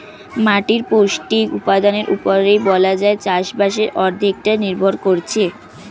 মাটির পৌষ্টিক উপাদানের উপরেই বলা যায় চাষবাসের অর্ধেকটা নির্ভর করছে